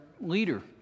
leader